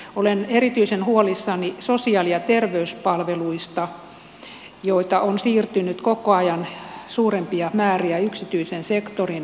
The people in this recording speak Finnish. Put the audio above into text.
olen erityisen huolissani sosiaali ja terveyspalveluista joita on siirtynyt koko ajan suurempia määriä yksityisen sektorin hoidettavaksi